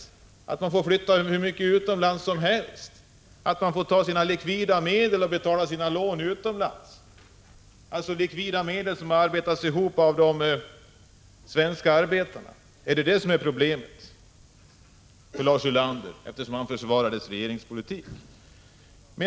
Är det att man får flytta utomlands hur mycket som helst, att man får ta sina likvida medel och betala sina lån utomlands — likvida medel som har arbetats ihop av de svenska arbetarna? Är det detta som är problemet för Lars Ulander, eftersom han försvarar regeringspolitiken?